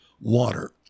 water